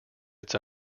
its